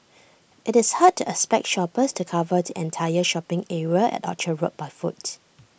it's hard to expect shoppers to cover the entire shopping area at Orchard road by foot